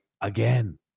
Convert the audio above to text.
again